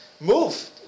move